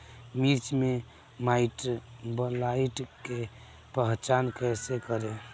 मिर्च मे माईटब्लाइट के पहचान कैसे करे?